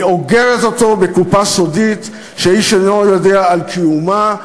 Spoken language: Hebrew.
היא אוגרת אותו בקופה סודית שאיש אינו יודע על קיומה,